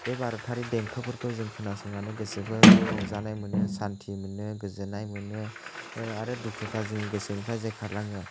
बे भारतारि देंखोफोरखौ जों खोनासंनानै गोसोफोरखौ रंजानाय मोनो सान्थि मोनो गोजोननाय मोनो आरो दुखुफ्रा जोंनि गोसोनिफ्राय जायखारलाङो